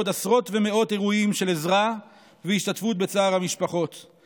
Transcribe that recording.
ועוד עשרות ומאות אירועים של עזרה והשתתפות בצער המשפחות.